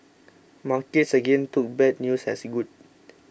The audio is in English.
markets again took bad news as good